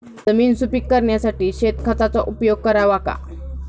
जमीन सुपीक करण्यासाठी शेणखताचा उपयोग करावा का?